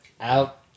out